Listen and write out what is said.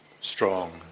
strong